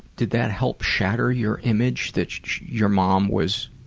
did that help shatter your image that your mom was